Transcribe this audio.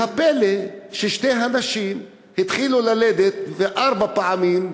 והפלא, ששתי הנשים התחילו ללדת כל שנה,